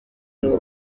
ngo